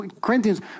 Corinthians